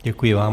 Děkuji vám.